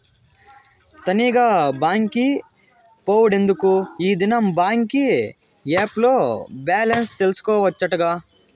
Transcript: తనీగా బాంకి పోవుడెందుకూ, ఈ దినం బాంకీ ఏప్ ల్లో బాలెన్స్ తెల్సుకోవచ్చటగా